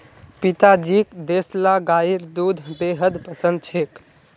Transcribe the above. पिताजीक देसला गाइर दूध बेहद पसंद छेक